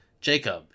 Jacob